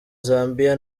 zambia